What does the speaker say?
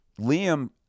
Liam